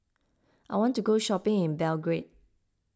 I want to go shopping in Belgrade